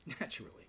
Naturally